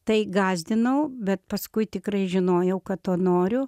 tai gąsdinau bet paskui tikrai žinojau kad to noriu